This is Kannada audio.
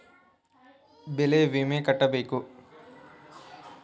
ಬೆಳೆ ವಿಮೆ ತಗೊಳಾಕ ಏನ್ ಮಾಡಬೇಕ್ರೇ?